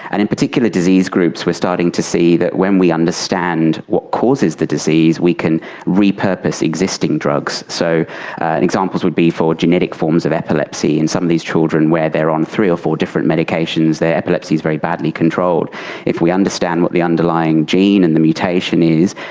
and in particular disease groups, we are starting to see that when we understand what causes the disease, we can repurpose existing drugs. so an example would be for genetic forms of epilepsy in some of these children where they are on three or four different medications, their epilepsy is very badly controlled, but if we understand what the underlying gene and the mutation is,